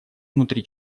внутри